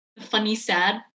funny-sad